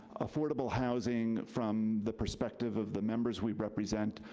affordable housing from the perspective of the members we represent,